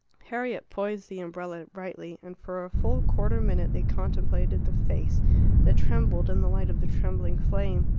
harriet poised the umbrella rightly, and for a full quarter minute they contemplated the face that trembled in the light of the trembling flame.